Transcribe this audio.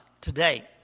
today